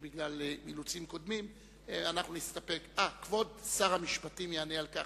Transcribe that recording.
641. כבוד שר המשפטים יענה על כך.